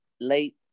late